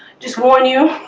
just warn you